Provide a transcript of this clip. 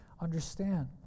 understand